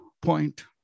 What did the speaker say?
point